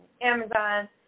Amazon